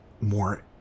more